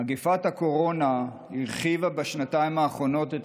מגפת הקורונה הרחיבה בשנתיים האחרונות את